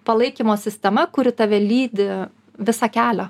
palaikymo sistema kuri tave lydi visą kelią